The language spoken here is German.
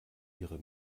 ihre